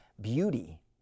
beauty